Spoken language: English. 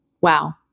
Wow